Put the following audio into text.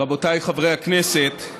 רבותיי חברי הכנסת,